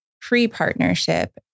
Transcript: pre-partnership